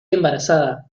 embarazada